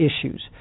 issues